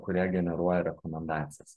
kurie generuoja rekomendacijas